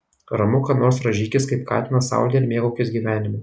ramu kad nors rąžykis kaip katinas saulėje ir mėgaukis gyvenimu